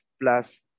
plus